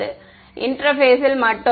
மாணவர் இன்டெர்பேஸில் மட்டும்